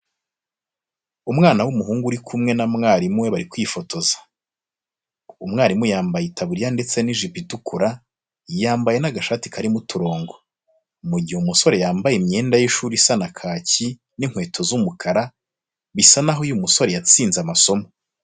Umwana w'umuhungu uri kumwe na mwarimu we bari kwifotoza, umwarimu yambaye itaburiya ndetse n'ijipo itukura, yambaye n'agashati karimo uturongo. Mu gihe umusore yambaye imyenda y'ishuri isa na kaki, n'inkweto z'umukara, bisa naho uyu musore yatsinze amasomo.